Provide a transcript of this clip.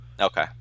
Okay